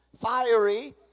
Fiery